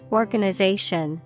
organization